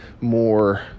more